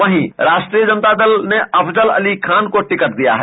वहीं राष्ट्रीय जनता दल ने अफजल अली खान को टिकट दिया है